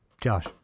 Josh